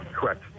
Correct